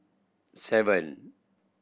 seven